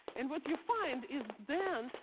and what you find is then,